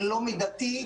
לא מידתי,